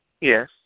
Yes